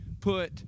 put